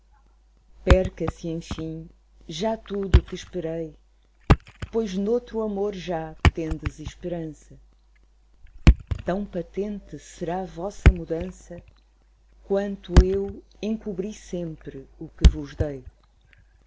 amei perca se enfim já tudo o que esperei pois noutro amor já tendes esperança tão patente será vossa mudança quanto eu encobri sempre o que vos dei